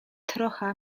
trocha